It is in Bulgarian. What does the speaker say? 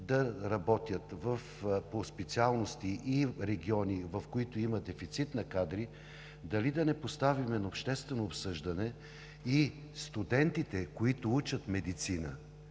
да работят по специалности, и в региони, в които има дефицит на кадри, дали да не поставим на обществено обсъждане и студентите, които учат медицина,